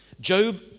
Job